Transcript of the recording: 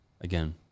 again